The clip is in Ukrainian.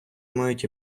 мають